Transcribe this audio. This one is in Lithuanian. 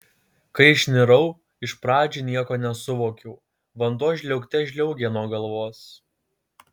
kai išnirau iš pradžių nieko nesuvokiau vanduo žliaugte žliaugė nuo galvos